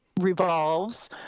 revolves